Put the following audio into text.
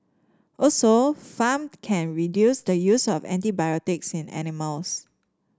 also farm can reduce the use of antibiotics in animals